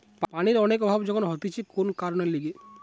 পানির অনেক অভাব যখন হতিছে কোন কারণের লিগে